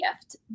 gift